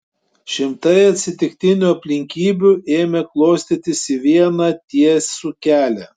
šimtai atsitiktinių aplinkybių ėmė klostytis į vieną tiesų kelią